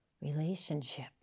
relationship